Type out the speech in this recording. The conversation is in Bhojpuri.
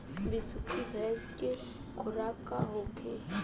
बिसुखी भैंस के खुराक का होखे?